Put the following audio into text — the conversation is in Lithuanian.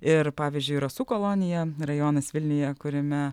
ir pavyzdžiui rasų kolonija rajonas vilniuje kuriame